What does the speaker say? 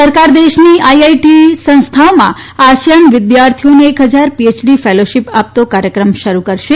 સરકાર દેશની આઇઆઇટીઓમાં આસિયાન વિદ્યાર્થીઓને એક હજાર પીએચડી ફેલોશીપ આપતો કાર્યક્રમ શરૂ કરશે